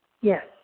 Yes